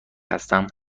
هستم